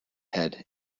head